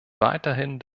weiterhin